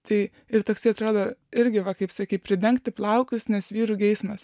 tai ir toksai atrodo irgi va kaip sakei pridengti plaukus nes vyrų geismas